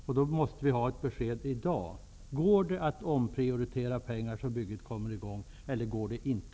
Vi måste ha ett besked i dag: Går det att omprioritera pengar så att bygget kommer i gång, eller inte?